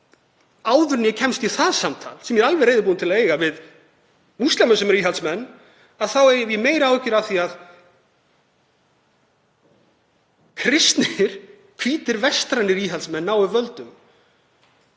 En áður en ég kemst í það samtal, sem ég er alveg reiðubúinn til að eiga við múslima sem eru íhaldsmenn, þá hef ég meiri áhyggjur af því að kristnir, hvítir, vestrænir íhaldsmenn nái völdum